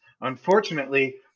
unfortunately